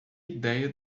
idéia